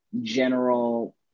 general